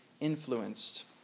influenced